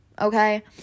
Okay